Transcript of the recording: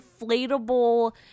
inflatable